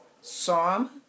Psalm